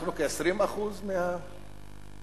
אנחנו, כ-20% מהאזרחים,